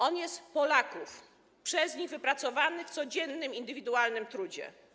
On jest Polaków, przez nich wypracowany w codziennym indywidualnym trudzie.